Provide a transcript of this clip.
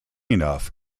enough